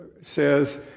says